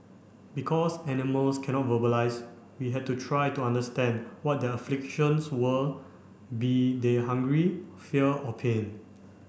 because animals cannot verbalise we had to try to understand what their afflictions were be they hunger fear or pain